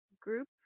group